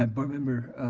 and board member